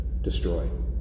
destroyed